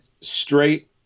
straight